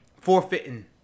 forfeiting